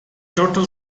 total